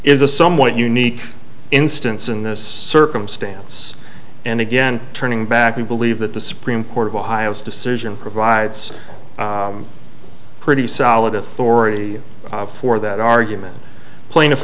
is a somewhat unique instance in this circumstance and again turning back we believe that the supreme court of ohio's decision provides pretty solid authority for that argument plaintiff